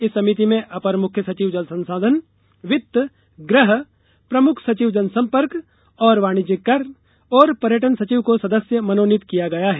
इस समिति में अपर मुख्य सचिव जल संसाधन वित्त गृह प्रमुख सचिव जनसंपर्क और वाणिज्य कर और पर्यटन सचिव को सदस्य मनोनीत किया गया है